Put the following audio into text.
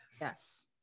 Yes